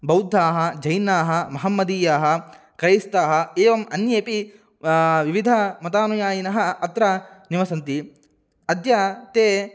बौद्धाः जैनाः महम्मदीयाः क्रैस्ताः एवम् अन्येऽपि विविधमतानुयायिनः अत्र निवसन्ति अद्य ते